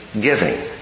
giving